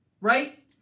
right